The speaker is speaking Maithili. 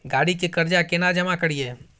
गाड़ी के कर्जा केना जमा करिए?